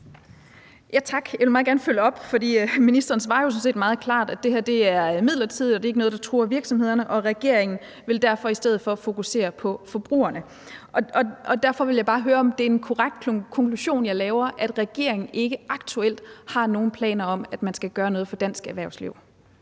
Tak. Jeg vil meget gerne følge op på det, for ministeren svarede jo sådan set meget klart, at det her er midlertidigt, og at det ikke er noget, der truer virksomhederne, og at regeringen derfor i stedet for vil fokusere på forbrugerne. Derfor vil jeg bare høre, om det er en korrekt konklusion, jeg laver, nemlig at regeringen ikke aktuelt har nogen planer om, at man skal gøre noget for dansk erhvervsliv.